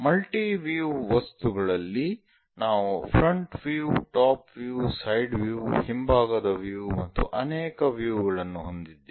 multi view ವಸ್ತುಗಳಲ್ಲಿ ನಾವು front view top view side view ಹಿಂಭಾಗದ ವ್ಯೂ ಮತ್ತು ಅನೇಕ ವ್ಯೂ ಗಳನ್ನು ಹೊಂದಿದ್ದೇವೆ